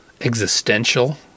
existential